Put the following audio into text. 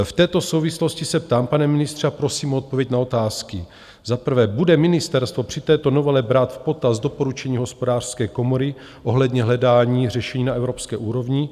V této souvislosti se ptám, pane ministře, a prosím o odpověď na otázky: Za prvé, bude ministerstvo při této novele brát v potaz doporučení Hospodářské komory ohledně hledání řešení na evropské úrovni?